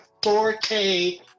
4K